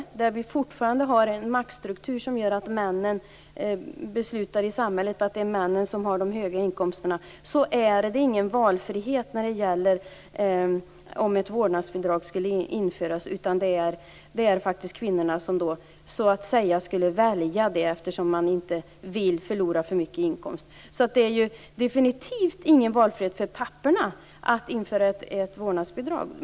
Eftersom vi fortfarande har en maktstruktur som gör att det är männen som beslutar i samhället och som har de höga inkomsterna, skulle det inte bli någon valfrihet om ett vårdnadsbidrag skulle införas. Det skulle i stället bli kvinnorna som så att säga skulle välja vårdnadsbidraget, eftersom man inte vill förlora för mycket i inkomst. Det innebär alltså definitivt ingen valfrihet för papporna att införa ett vårdnadsbidrag.